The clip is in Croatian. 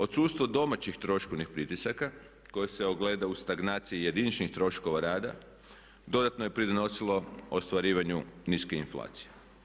Odsustvo domaćih troškovnih pritisaka koje se ogleda u stagnaciji jediničnih troškova rada dodatno je pridonosilo ostvarivanju niske inflacije.